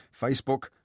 Facebook